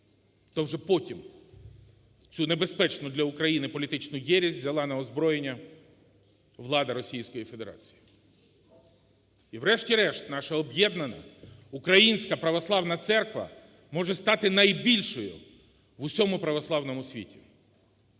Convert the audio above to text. То вже потім цю небезпечну для України політичну єресь взяла на озброєння влада Російської Федерації. І, врешті-решт, наша об'єднана Українська Православна Церква може стати найбільшою в усьому православному світі.